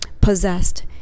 possessed